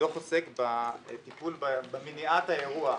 הדוח עוסק בטיפול במניעת האירוע,